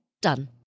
Done